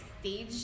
stage